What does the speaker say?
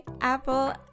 Apple